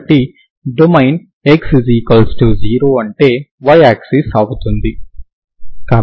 కాబట్టి domain x0 అంటే y axis అవుతుంది